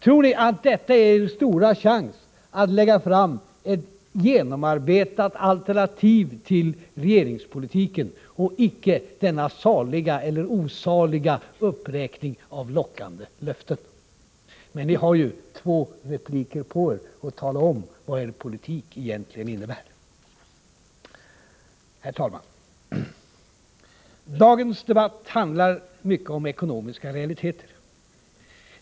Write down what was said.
Tror ni att detta är er stora chans att lägga fram ett genomarbetat alternativ till regeringspolitiken och icke denna saliga, för att inte säga osaliga, uppräkning av lockande löften? Men ni har ju två repliker på er att tala om vad er politik egentligen innebär. Herr talman! Dagens debatt handlar mycket om ekonomiska realiteter.